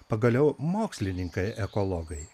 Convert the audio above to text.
pagaliau mokslininkai ekologai